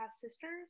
sisters